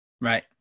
Right